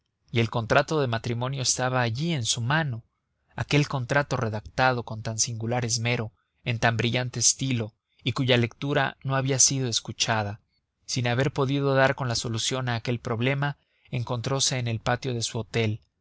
y el contrato de matrimonio estaba allí en su mano aquel contrato redactado con tan singular esmero en tan brillante estilo y cuya lectura no había sido escuchada sin haber podido dar con la solución a aquel problema encontrose en el patio de su hotel